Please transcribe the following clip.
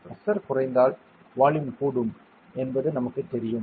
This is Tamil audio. பிரஷர் குறைந்தால் வால்யூம் கூடும் என்பது நமக்குத் தெரியும்